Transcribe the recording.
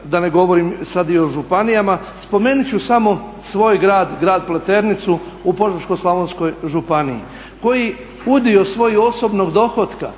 da ne govorim sada i o županijama. Spomenuti ću samo svoj grad, grad Pleternicu u Požeško-slavonskoj županiji koji udio svojeg osobnog dohotka